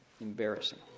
Embarrassing